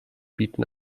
bieten